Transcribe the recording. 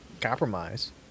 Compromise